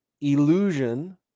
illusion